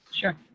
Sure